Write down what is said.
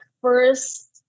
first